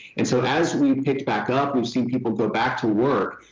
and so as we picked back up, we've seen people go back to work.